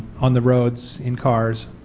on the roads in cars,